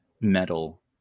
metal